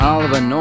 Oliver